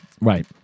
Right